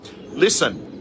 listen